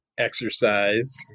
Exercise